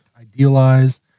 idealize